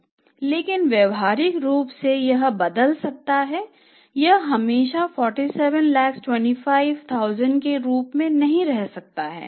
लेकिन व्यावहारिक रूप से यह बदल सकता है यह हमेशा 4725 के रूप में नहीं रह सकता है